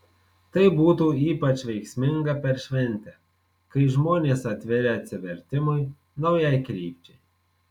tai būtų ypač veiksminga per šventę kai žmonės atviri atsivertimui naujai krypčiai